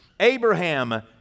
Abraham